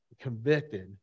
convicted